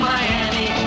Miami